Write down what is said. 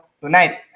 tonight